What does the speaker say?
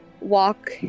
walk